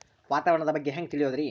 ವಾತಾವರಣದ ಬಗ್ಗೆ ಹ್ಯಾಂಗ್ ತಿಳಿಯೋದ್ರಿ?